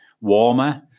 warmer